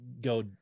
go